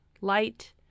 light